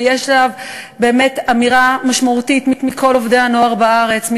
ויש עליו אמירה משמעותית מכל עובדי הנוער בארץ,